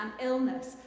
illness